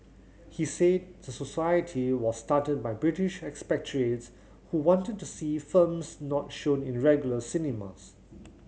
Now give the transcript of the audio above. he said the society was started by British expatriates who wanted to see films not shown in regular cinemas